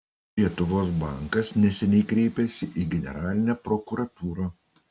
lietuvos bankas neseniai kreipėsi į generalinę prokuratūrą